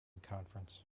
conference